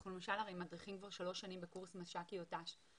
אנחנו למשל הרי מדריכים כבר שלוש שנים בקורס משק"יות תנאי שירות.